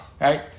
Right